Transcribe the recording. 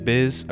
Biz